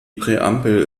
präambel